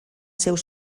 seus